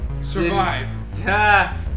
survive